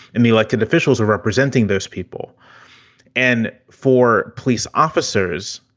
and the elected officials are representing those people and for police officers.